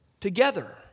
Together